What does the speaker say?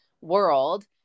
world